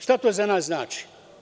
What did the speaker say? Šta to za nas znači?